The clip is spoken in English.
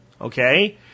okay